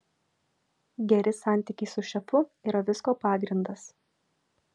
geri santykiai su šefu yra visko pagrindas